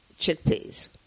chickpeas